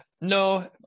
No